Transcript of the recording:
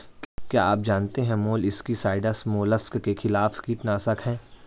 क्या आप जानते है मोलस्किसाइड्स मोलस्क के खिलाफ कीटनाशक हैं?